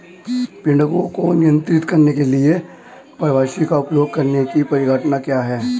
पीड़कों को नियंत्रित करने के लिए परभक्षी का उपयोग करने की परिघटना क्या है?